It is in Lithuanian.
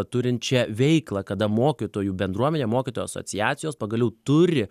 turinčią veiklą kada mokytojų bendruomenė mokytojų asociacijos pagaliau turi